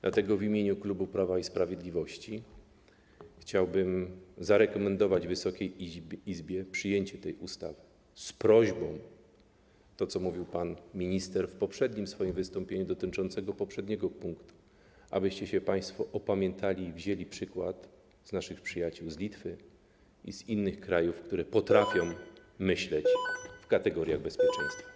Dlatego w imieniu klubu Prawa i Sprawiedliwości chciałbym zarekomendować Wysokiej Izbie przyjęcie tej ustawy z prośbą - chodzi o to, co mówił pan minister w swoim poprzednim wystąpieniu dotyczącym poprzedniego punktu - abyście się państwo opamiętali i wzięli przykład z naszych przyjaciół z Litwy i z innych krajów, które potrafią myśleć w kategoriach bezpieczeństwa.